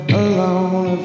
alone